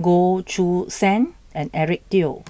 Goh Choo San and Eric Teo